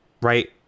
right